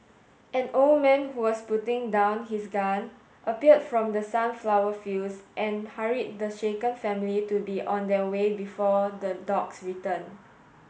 an old man who was putting down his gun appeared from the sunflower fields and hurried the shaken family to be on their way before the dogs return